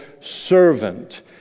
servant